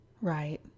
right